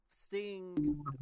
Sting